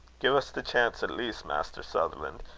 gie us the chance at least, maister sutherlan'.